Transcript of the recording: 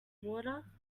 water